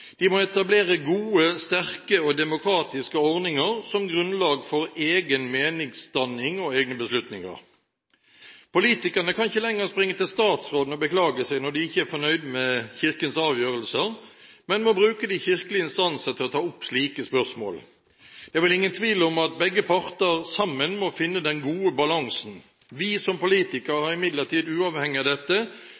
må etablere gode, sterke og demokratiske ordninger som grunnlag for egen meningsdanning og egne beslutninger. Politikerne kan ikke lenger springe til statsråden og beklage seg når de ikke er fornøyd med Kirkens avgjørelser, men må bruke de kirkelige instanser til å ta opp slike spørsmål. Det er vel ingen tvil om at begge parter sammen må finne den gode balansen. Vi som politikere